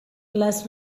les